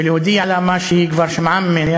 ולהודיע לה מה שהיא כבר שמעה ממני,